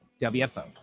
WFO